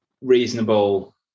reasonable